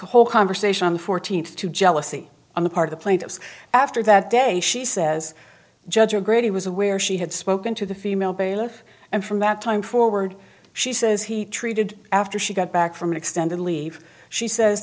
whole conversation on the fourteenth to jealousy on the part of the plaintiffs after that day she says judge or grady was aware she had spoken to the female bailiff and from that time forward she says he treated after she got back from an extended leave she says